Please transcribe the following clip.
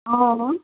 অঁ